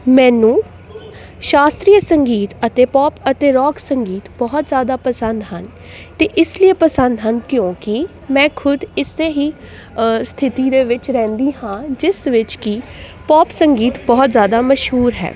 ਮੈਨੂੰ ਸ਼ਾਸਤਰੀ ਸੰਗੀਤ ਅਤੇ ਪੋਪ ਅਤੇ ਰੋਕ ਸੰਗੀਤ ਬਹੁਤ ਜ਼ਿਆਦਾ ਪਸੰਦ ਹਨ ਅਤੇ ਇਸ ਲਈ ਪਸੰਦ ਹਨ ਕਿਉਂਕਿ ਮੈਂ ਖੁਦ ਇਸ ਹੀ ਸਥਿਤੀ ਦੇ ਵਿੱਚ ਰਹਿੰਦੀ ਹਾਂ ਜਿਸ ਵਿੱਚ ਕਿ ਪੋਪ ਸੰਗੀਤ ਬਹੁਤ ਜ਼ਿਆਦਾ ਮਸ਼ਹੂਰ ਹੈ